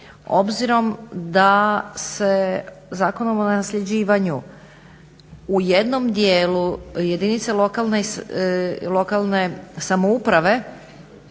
obzirom da se Zakonom o nasljeđivanju u jednom dijelu jedinice lokalne samouprave